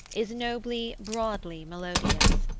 is nobly, broadly melodious.